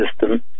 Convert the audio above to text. system